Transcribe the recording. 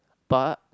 but